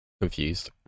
confused